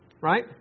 right